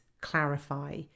clarify